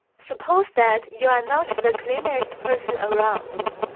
suppose that you are not the cleanest person around.